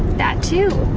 that too.